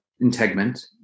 integument